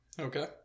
Okay